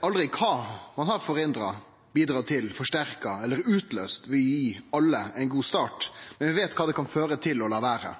aldri kva vi har forhindra, bidratt til, forsterka eller utløyst ved å gi alle ein god start, men vi